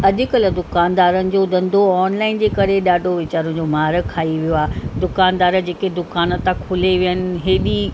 अॼु कल्ह दुकानदारनि जो धन्धो ऑनलाइन जे करे ॾाढो वेचारिन जो मार खाई वियो आहे दुकानदार जेके दुकान था खोले वेहनि हेॾी